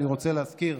אני רוצה להזכיר,